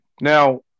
Now